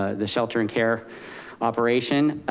ah the shelter and care operation.